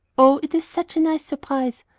oh, it is such a nice surprise!